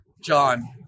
John